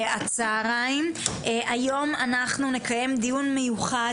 היום נקיים דיון מיוחד,